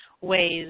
ways